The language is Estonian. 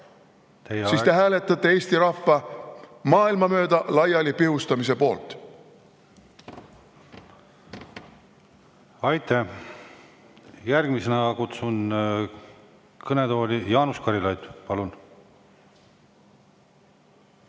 siis te hääletate Eesti rahva mööda maailma laiali pihustamise poolt. Järgmisena kutsun kõnetooli Jaanus Karilaiu. Palun!